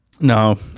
No